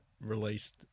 released